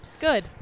Good